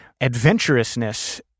adventurousness